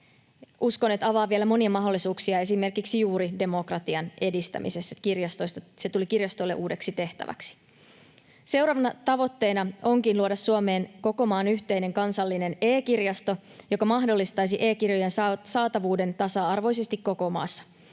uskon avaavan vielä monia mahdollisuuksia esimerkiksi juuri demokratian edistämisessä — se tuli kirjastoille uudeksi tehtäväksi. Seuraavana tavoitteena onkin luoda Suomeen koko maan yhteinen kansallinen e-kirjasto, joka mahdollistaisi e-kirjojen saatavuuden tasa-arvoisesti koko maassa.